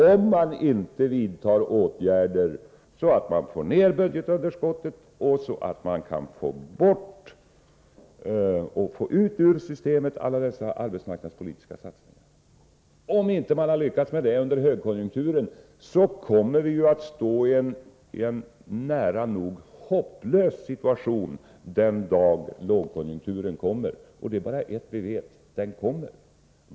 Om man inte lyckas med att vidta åtgärder så att budgetunderskottet minskar och så att man får ut ur systemet alla dessa arbetsmarknadspolitiska satsningar, kommer vi att stå i en nära nog hopplös situation den dag lågkonjunkturen kommer. Och ett vet vi: Den kommer!